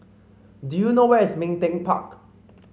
do you know where is Ming Teck Park